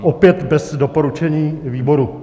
Opět bez doporučení výboru.